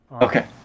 Okay